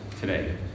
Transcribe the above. today